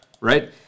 right